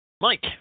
Mike